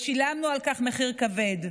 ושילמנו על כך מחיר כבד.